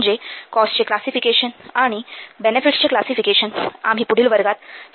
म्हणजे कॉस्टचे क्लासीफिकेशन आणि बेनेफिटसचे क्लासीफिकेशन आम्ही पुढील वर्गात चर्चा करू